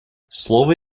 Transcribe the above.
слово